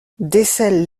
décèle